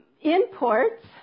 imports